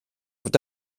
fod